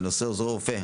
בנושא עוזר רופא,